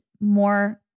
more